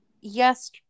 yes